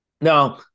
Now